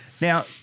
Now